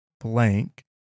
blank